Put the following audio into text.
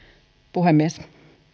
puhemies